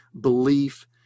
belief